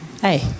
Hey